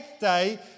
day